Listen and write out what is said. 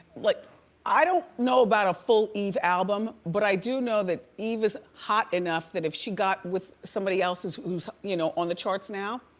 like i don't know about a full eve album, but i do know that eve is hot enough that if she got with somebody else who's you know on the charts now,